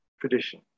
tradition